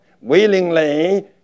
willingly